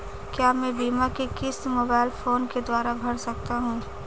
क्या मैं बीमा की किश्त मोबाइल फोन के द्वारा भर सकता हूं?